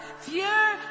fear